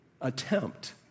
attempt